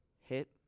hit